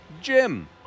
Jim